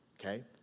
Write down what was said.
okay